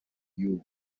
y’ubu